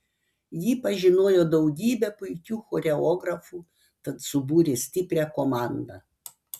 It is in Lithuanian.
ji pažinojo daugybę puikių choreografų tad subūrė stiprią komandą